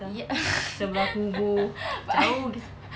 ya